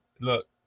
look